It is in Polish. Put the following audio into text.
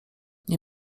nie